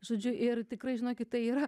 žodžiu ir tikrai žinokit tai yra